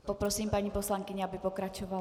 Poprosím paní poslankyni, aby pokračovala.